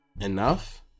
enough